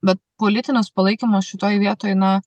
bet politinis palaikymas šitoj vietoj na